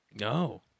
No